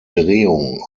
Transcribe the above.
drehung